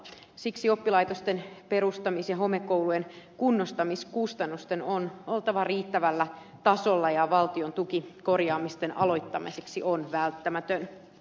siksi oppilaitosten perustamis ja homekoulujen kunnostamiskustannusten on oltava riittävällä tasolla ja valtion tuki korjaamisten aloittamiseksi on välttämätön